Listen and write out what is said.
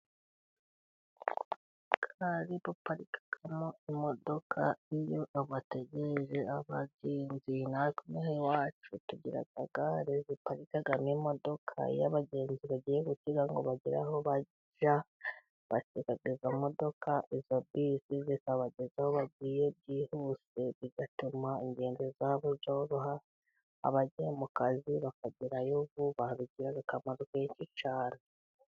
Gare baparikamo imodoka iyo bategereje abagenzi. Natwe ino aha iwacu tugira gare ziparikamo imodoka. Iyo abagenzi bagiye, kugira ngo bagere aho bajya, batega izo modoka, izo bisi zikabageza aho bagiye byihuse, bigatuma ingendo zabo zoroha. Abajya mu kazi bakagerayo vuba. Bigira akamaro kenshi cyane.